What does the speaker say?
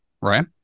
right